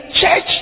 church